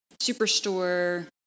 Superstore